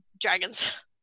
Dragons